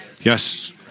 Yes